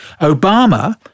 Obama